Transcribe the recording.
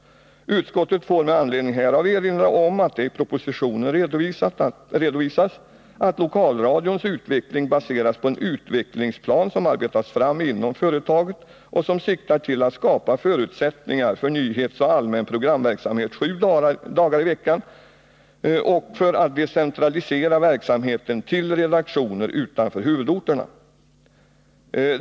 Utskottet får med anledning härav erinra om att det i propositionen redovisas att lokalradions utveckling baseras på en utvecklingsplan som arbetats fram inom företaget och som siktar till att skapa förutsättningar för nyhetsoch allmän programverksamhet sju dagar i veckan och för att decentralisera verksamheten till redaktioner utanför huvudorterna.